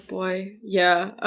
boy. yeah.